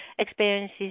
Experiences